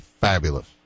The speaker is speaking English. fabulous